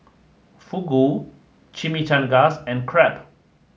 Fugu Chimichangas and Crepe